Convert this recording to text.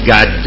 God